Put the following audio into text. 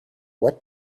what